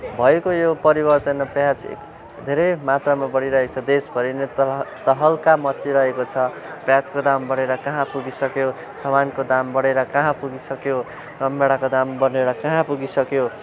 भएको यो परिवर्तन र प्याज धेरै मात्रामा बढिरहेछ देशभरि नै तह तहल्का मच्चिरहेको छ प्याजको दाम बढेर कहाँ पुगिसक्यो सामानको दाम बढेर कहाँ पुगिसक्यो रमभेडाको दाम बढेर कहाँ पुगिसक्यो